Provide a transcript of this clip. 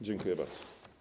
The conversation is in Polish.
Dziękuję bardzo.